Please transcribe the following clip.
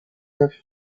neuf